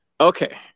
okay